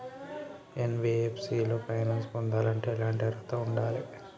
NBFC లో finance పొందాలంటే ఎట్లాంటి అర్హత ఉండాలే?